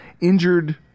injured